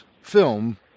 film